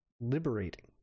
liberating